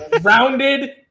rounded